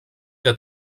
que